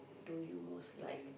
do you most like